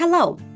Hello